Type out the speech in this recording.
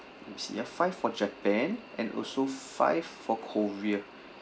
let me see ya five for japan and also five for korea